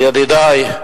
אבל ידידַי,